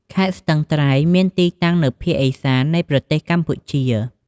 ខេត្តស្ទឹងត្រែង មានទីតាំងនៅភាគឦសាននៃប្រទេសកម្ពុជា។